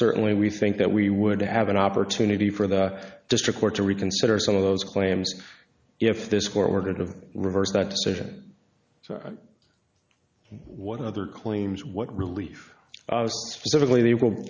certainly we think that we would have an opportunity for the district court to reconsider some of those claims if this court order to reverse that decision so what other claims what relief certainly they will